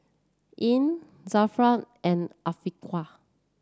Ain Zafran and Afiqah